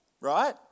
right